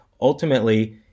ultimately